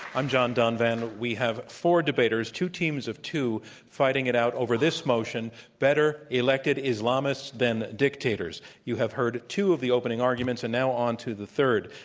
i'm john donvan. we have four debaters, two teams of two fighting it out over this motion better elected islamists than dictators. you have heard two of the opening arguments, and now onto the third.